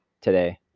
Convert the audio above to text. today